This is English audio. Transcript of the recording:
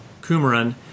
Kumaran